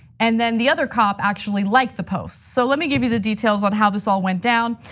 and then the other cop actually liked the post. so let me give you the details on how this all went down.